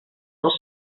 dels